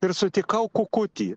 ir sutikau kukutį